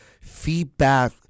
feedback